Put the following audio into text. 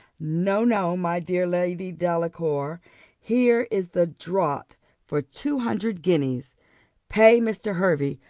no, no, my dear lady delacour here is the draught for two hundred guineas pay mr. hervey,